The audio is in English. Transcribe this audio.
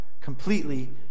completely